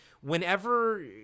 whenever